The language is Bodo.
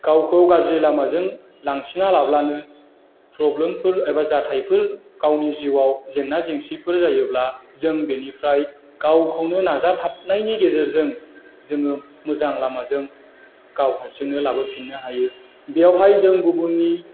गावखौ गाज्रि लामाजों लांसिनालाबानो प्रब्लेमफोर एबा जाथायफोर गावनि जिउआव जेंना जेंसिफोर जायोब्ला जों बेनिफ्राय गावखौनो नाजाथाबनायनि गेजेरजों जोङो मोजां लामाजों गाव हारसिंनो लाबोफिननो हायो बेवहाय जों गुबुननि